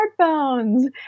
smartphones